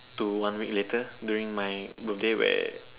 to one week later during my birthday where